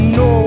no